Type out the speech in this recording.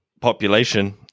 Population